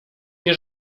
nie